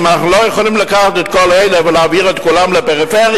אנחנו לא יכולים לקחת את כל אלה ולהעביר את כולם לפריפריה.